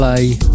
Play